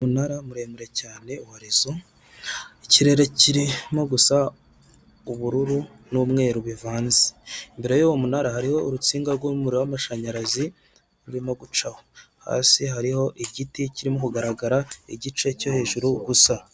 Umunara muremure cyane wa rezo ikirere kirimo gusa ubururu n'umweru bivanze, imbere y'uwo munara hariho urutsinga rw'umuriro w'amashanyarazi rurimo gucaho. Hasi hariho igiti kirimo kugaragara igice cyo hejuru gusa.